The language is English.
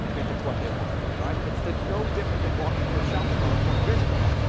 if it's what they want it. right. it's the, no different than walking through a shopping mall twenty years ago.